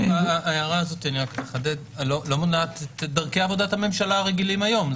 ההערה הזאת לא מונעת את דרכי עבודת הממשלה הרגילים היום.